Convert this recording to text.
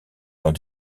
dans